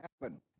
happen